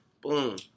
Boom